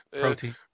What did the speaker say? Protein